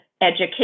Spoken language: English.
education